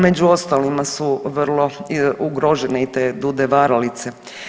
Među ostalima su vrlo ugrožene i te dude varalice.